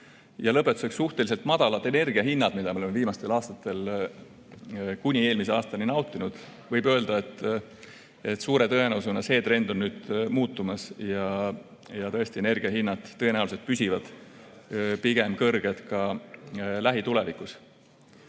lõpetuseks, suhteliselt madalad energiahinnad, mida me oleme viimastel aastatel kuni eelmise aastani nautinud – võib öelda, et suure tõenäosusega see trend on nüüd muutumas ja tõesti energiahinnad tõenäoliselt püsivad pigem kõrged ka lähitulevikus. Nüüd